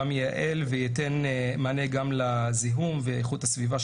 גם ייעל וייתן מענה לזיהום ואיכות הסביבה,